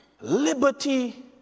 Liberty